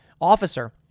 officer